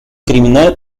criminal